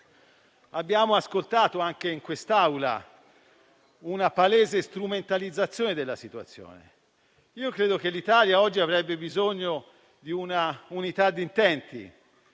abbiamo ascoltato, anche in quest'Aula, una palese strumentalizzazione della situazione. L'Italia oggi avrebbe bisogno di una unità di intenti,